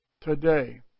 today